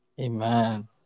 Amen